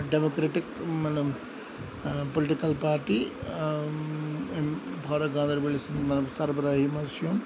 democratic مَطلَب political party امہِ فاروق گاندَربَلی سِنٛدِ سَربَراہی مَنٛز چھِ یِم